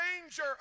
danger